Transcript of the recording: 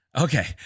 okay